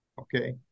okay